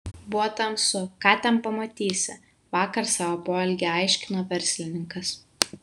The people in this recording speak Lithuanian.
buvo tamsu ką ten pamatysi vakar savo poelgį aiškino verslininkas